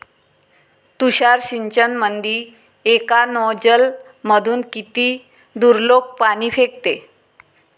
तुषार सिंचनमंदी एका नोजल मधून किती दुरलोक पाणी फेकते?